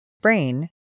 Brain